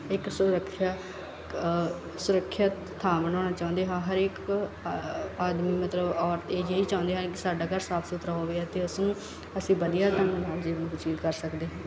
ਇੱਕ ਸੁਰਕਸ਼ਾ ਕ ਸੁਰੱਖਿਅਤ ਥਾਂ ਬਣਾਉਣਾ ਚਾਹੁੰਦੇ ਹਾਂ ਹਰੇਕ ਆ ਆਦਮੀ ਮਤਲਬ ਔਰਤ ਇਹ ਚਾਹੁੰਦੇ ਹਨ ਕਿ ਸਾਡਾ ਘਰ ਸਾਫ਼ ਸੁਥਰਾ ਹੋਵੇ ਅਤੇ ਉਸਨੂੰ ਅਸੀਂ ਵਧੀਆ ਢੰਗ ਨਾਲ ਜੀਵਨ ਬਤੀਤ ਕਰ ਸਕਦੇ ਹਾਂ